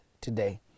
today